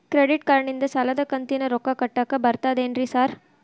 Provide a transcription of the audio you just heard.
Credit ಕಾರ್ಡನಿಂದ ಸಾಲದ ಕಂತಿನ ರೊಕ್ಕಾ ಕಟ್ಟಾಕ್ ಬರ್ತಾದೇನ್ರಿ ಸಾರ್?